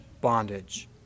bondage